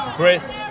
Chris